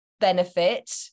benefit